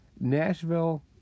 Nashville